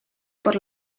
por